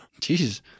Jeez